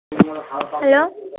hello